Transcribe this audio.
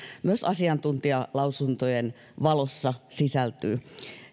myös asiantuntijalausuntojen valossa sisältyy